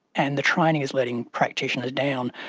and the training is letting practitioners down.